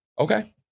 Okay